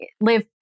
live